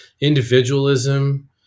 individualism